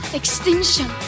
extinction